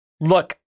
look